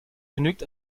genügt